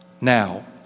Now